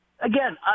Again